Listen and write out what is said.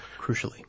Crucially